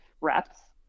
reps